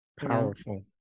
powerful